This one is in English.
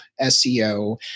SEO